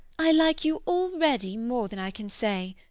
i like you already more than i can say.